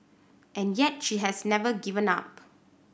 and yet she has never given up